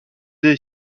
est